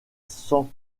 cent